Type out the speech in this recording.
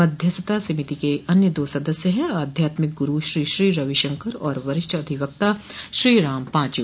मध्यस्थता समिति के अन्य दो सदस्य हैं आध्यात्मिक गुरू श्री श्री रविशंकर और वरिष्ठ अधिवक्ता श्रीराम पांचू